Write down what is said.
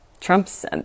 Trump's